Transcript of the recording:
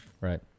Right